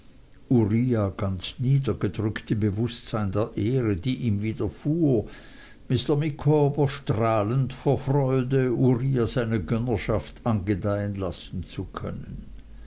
uriah ganz niedergedrückt im bewußtsein der ehre die ihm widerfuhr mr micawber strahlend vor freude uriah seine gönnerschaft angedeihen lassen zu können